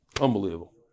Unbelievable